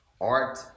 Art